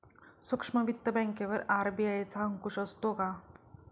सूक्ष्म वित्त बँकेवर आर.बी.आय चा अंकुश असतो का?